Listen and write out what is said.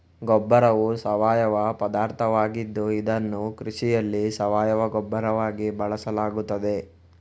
ಗೊಬ್ಬರವು ಸಾವಯವ ಪದಾರ್ಥವಾಗಿದ್ದು ಇದನ್ನು ಕೃಷಿಯಲ್ಲಿ ಸಾವಯವ ಗೊಬ್ಬರವಾಗಿ ಬಳಸಲಾಗುತ್ತದೆ